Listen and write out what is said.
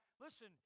listen